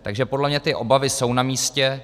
Takže podle mě ty obavy jsou namístě.